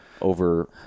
over